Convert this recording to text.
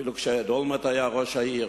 ואפילו כשאהוד אולמרט היה ראש העיר